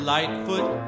Lightfoot